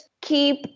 keep